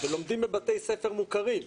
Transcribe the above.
ולומדים בבתי ספר מוכרים,